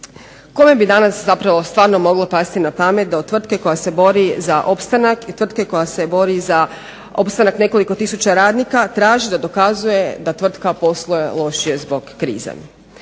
Kome bi danas zapravo stvarno moglo pasti na pamet da od tvrtke koja se bori za opstanak i tvrtke koja se bori za opstanak nekoliko tisuća radnika traži da dokazuje da tvrtka posluje lošije zbog krize.